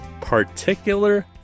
particular